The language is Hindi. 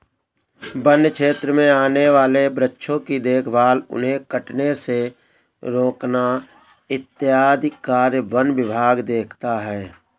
वन्य क्षेत्र में आने वाले वृक्षों की देखभाल उन्हें कटने से रोकना इत्यादि कार्य वन विभाग देखता है